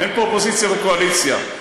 אין פה אופוזיציה וקואליציה,